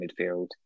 midfield